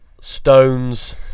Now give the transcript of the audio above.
Stones